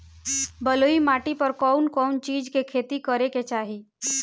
बलुई माटी पर कउन कउन चिज के खेती करे के चाही?